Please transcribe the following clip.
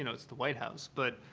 you know it's the white house, but